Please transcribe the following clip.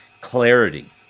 clarity